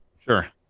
Sure